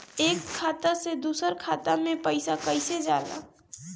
एक खाता से दूसर खाता मे पैसा कईसे जाला?